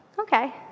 okay